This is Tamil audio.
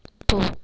போ